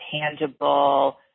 tangible